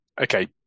okay